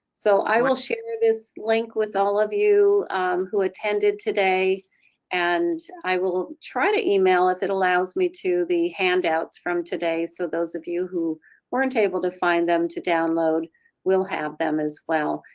so i will share this link with all of you who attended today and i will try to email if it allows me to the handouts from today so those of you who weren't able to find them to download, you will have them as well.